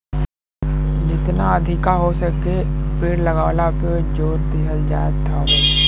जेतना अधिका हो सके पेड़ लगावला पे जोर दिहल जात हौ